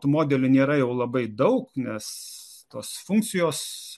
tų modelių nėra jau labai daug nes tos funkcijos